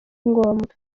ngombwa